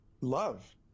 love